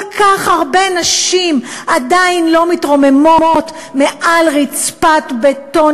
כל כך הרבה נשים עדיין לא מתרוממות מעל רצפת בטון